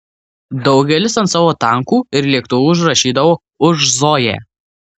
daugelis ant savo tankų ir lėktuvų užrašydavo už zoją